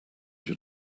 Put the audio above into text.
your